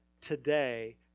today